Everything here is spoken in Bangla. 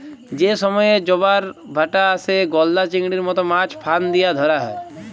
যে সময়ে জবার ভাঁটা আসে, গলদা চিংড়ির মত মাছ ফাঁদ দিয়া ধ্যরা হ্যয়